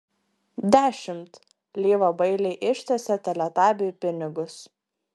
dešimt lyva bailiai ištiesė teletabiui pinigus